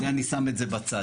זה אני שם את זה בצד.